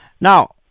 Now